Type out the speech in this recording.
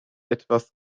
etwas